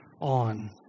on